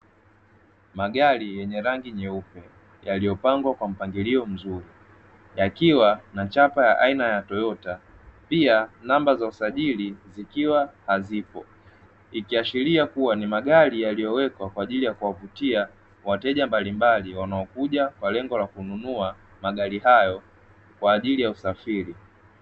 Magari yenye rangi nyeupe yaliyopangwa kwa mpangilio mzuri yakiwa na chapa ya aina ya toyota pia namba za usajili zikiwa hazipo ikiashiria kuwa ni magari yaliyowekwa kwa ajili ya kuwavutia wateja mbalimbali wanaokuja kwa lengo la kununua magari hayo kwa ajili ya usafiri.